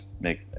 make